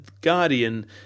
Guardian